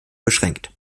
beschränkt